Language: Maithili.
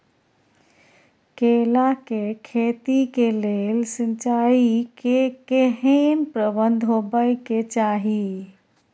केला के खेती के लेल सिंचाई के केहेन प्रबंध होबय के चाही?